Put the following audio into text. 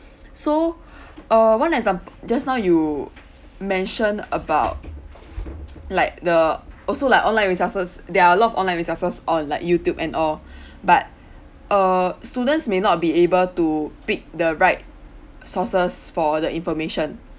so err one exam~ just now you mentioned about like the also like online resources there are a lot of online resources or like youtube and all but err students may not be able to pick the right sources for the information